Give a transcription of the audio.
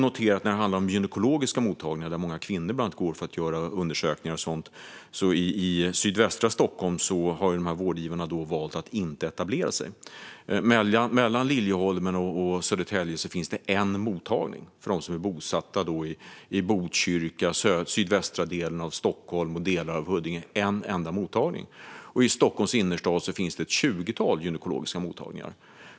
När det gäller gynekologiska mottagningar, dit många kvinnor går för att göra undersökningar och annat, kan jag notera att vårdgivarna har valt att inte etablera sig i sydvästra Stockholm. Mellan Liljeholmen och Södertälje finns det en mottagning för dem som är bosatta i Botkyrka, sydvästra delen av Stockholm och delar av Huddinge - en enda mottagning! I Stockholms innerstad finns det ett tjugotal gynekologiska mottagningar.